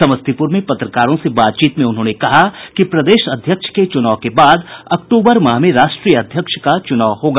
समस्तीपुर में पत्रकारों से बातचीत में उन्होंने कहा कि प्रदेश अध्यक्ष के चुनाव के बाद अक्टूबर माह में राष्ट्रीय अध्यक्ष का चुनाव होगा